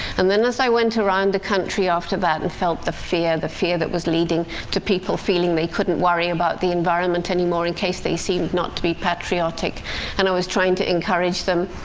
and then as i went around the country after that and felt the fear the fear that was leading to people feeling they couldn't worry about the environment any more, in case they seemed not to be patriotic and i was trying to encourage them,